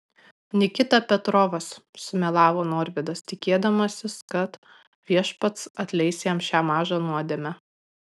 nikita petrovas sumelavo norvydas tikėdamasis kad viešpats atleis jam šią mažą nuodėmę